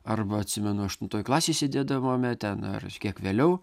arba atsimenu aštuntoj klasėj sėdėdavome ten ar kiek vėliau